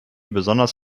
besonders